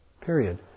period